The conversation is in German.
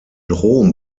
rom